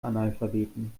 analphabeten